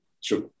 Sure